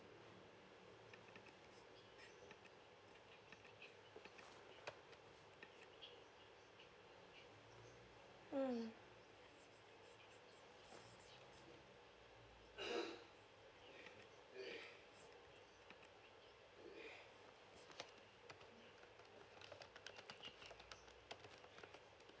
mm